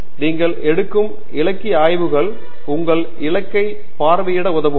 டங்கிராலா ஆரம்பத்தில் நீங்கள் எடுக்கும் இலக்கிய ஆய்வுகள் உங்கள் இலக்கை பார்வையிட உதவும்